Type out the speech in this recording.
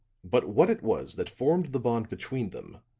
but what it was that formed the bond between them,